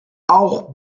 auch